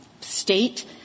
state